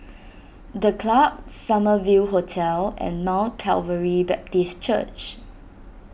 the Club Summer View Hotel and Mount Calvary Baptist Church